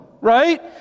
right